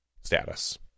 status